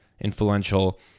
influential